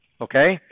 okay